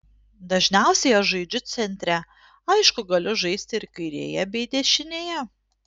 dažniausiai aš žaidžiu centre aišku galiu žaisti ir kairėje bei dešinėje